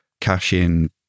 cash-in